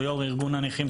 שהוא יו"ר ארגון הנכים,